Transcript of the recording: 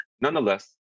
Nonetheless